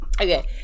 Okay